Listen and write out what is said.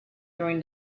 during